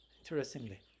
Interestingly